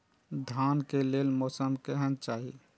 धान के लेल मौसम केहन चाहि?